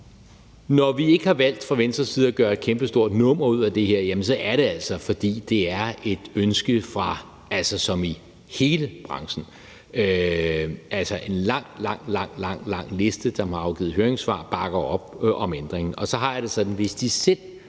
side ikke har valgt at gøre et kæmpestort nummer ud af det her, er det altså, fordi det er et ønske fra hele branchen. Altså en lang, lang liste, som har afgivet høringssvar, bakker op om ændringen. Og så har jeg det sådan, at hvis de selv